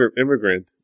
immigrant